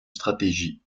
stratégie